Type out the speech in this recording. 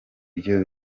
byo